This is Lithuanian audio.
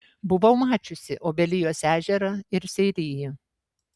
buvau mačiusi obelijos ežerą ir seirijį